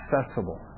accessible